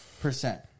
percent